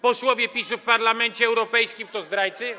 Posłowie PiS w Parlamencie Europejskim to zdrajcy?